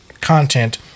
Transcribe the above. content